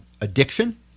addiction